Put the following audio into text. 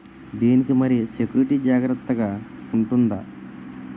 దీని కి మరి సెక్యూరిటీ జాగ్రత్తగా ఉంటుందా?